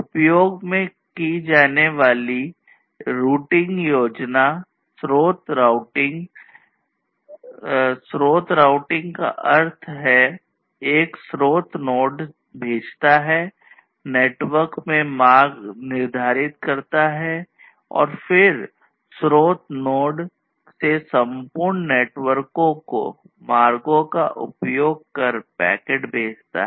उपयोग की जाने वाली रूटिंग योजना स्रोत रूटिंग भेजता है